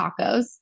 tacos